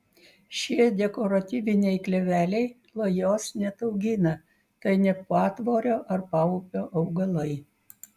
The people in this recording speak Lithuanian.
šie dekoratyviniai kleveliai lajos neataugina tai ne patvorio ar paupio augalai